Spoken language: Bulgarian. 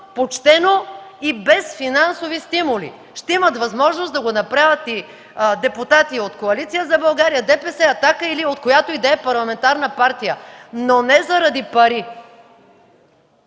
почтено и без финансови стимули. Ще имат възможност да го направят и депутати от Коалиция за България, ДПС, „Атака” или от която и да е парламентарна партия. Но не заради пари.